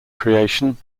creation